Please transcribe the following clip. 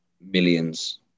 millions